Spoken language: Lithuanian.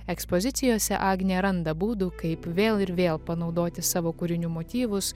ekspozicijose agnė randa būdų kaip vėl ir vėl panaudoti savo kūrinių motyvus